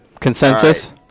Consensus